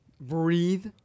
breathe